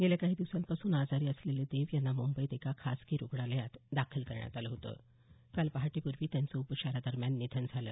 गेल्या काही दिवसांपासून आजारी असलेले देव यांना मुंबईत एका खासगी रुग्णालयात दाखल करण्यात आलं होतं काल पहाटेपूर्वी त्यांचं उपचारादरम्यान निधन झालं